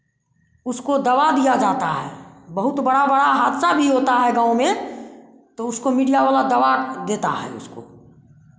उसको दबा दिया जाता है बहुत बड़ा बड़ा हादसा भी होता है गाँव में तो उसको मीडिया वाला दबा देता है उसको